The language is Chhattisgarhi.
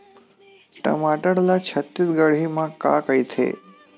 टमाटर ला छत्तीसगढ़ी मा का कइथे?